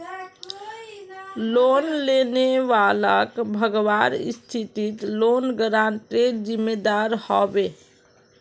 loan लेने वालाक भगवार स्थितित लोन गारंटरेर जिम्मेदार ह बे